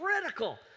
critical